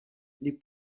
les